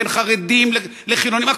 בין חרדים לחילונים,